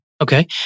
Okay